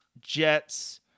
Jets